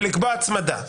ולקבוע הצמדה.